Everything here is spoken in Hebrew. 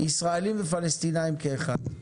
ישראלים ופלסטינאים כאחד.